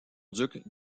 duc